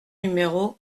numéro